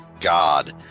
God